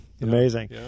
Amazing